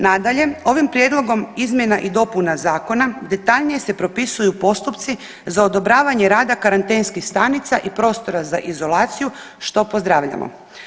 Nadalje, ovim prijedlogom izmjena i dopuna zakona detaljnije se propisuju postupci za odobravanje rada karantenskih stanica i prostora za izolaciju što pozdravljamo.